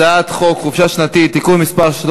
הצעת חוק חופשה שנתית (תיקון מס' 13),